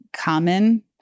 common